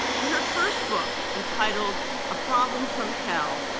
in her first book, entitled a problem from hell,